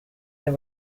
they